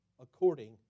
according